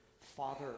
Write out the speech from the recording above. father